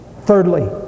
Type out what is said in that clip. Thirdly